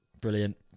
Brilliant